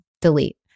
delete